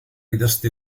idazte